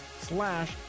slash